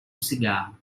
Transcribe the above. cigarro